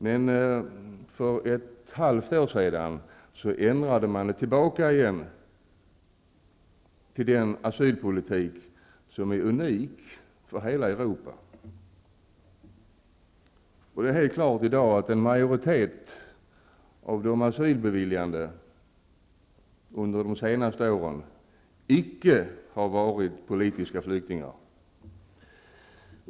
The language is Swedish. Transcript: Men för ett halvt år sedan ändrade man det beslutet och gick tillbaka till den tidigare asylpolitiken, som är unik i hela Europa. Det är i dag helt klart att en majoritet av dem som under de senaste åren beviljats asyl icke har varit politiska flyktingar.